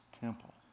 temple